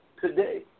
today